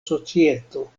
societo